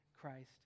Christ